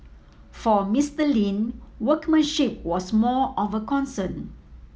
for Mister Lin workmanship was more of a concern